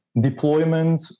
deployment